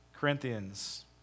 Corinthians